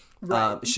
Right